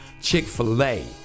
Chick-fil-A